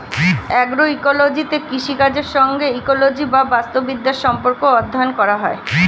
অ্যাগ্রোইকোলজিতে কৃষিকাজের সঙ্গে ইকোলজি বা বাস্তুবিদ্যার সম্পর্ক অধ্যয়ন করা হয়